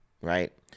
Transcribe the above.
right